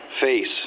face